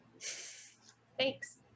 Thanks